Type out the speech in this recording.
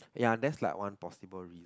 ya that's like one possible reason